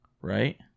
right